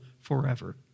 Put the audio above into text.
forever